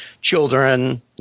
children